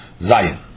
Zion